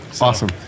Awesome